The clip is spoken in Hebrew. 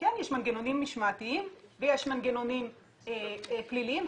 יש מנגנונים משמעתיים ויש מנגנונים פליליים,